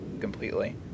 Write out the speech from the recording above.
completely